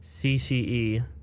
CCE